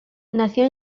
nació